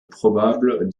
probables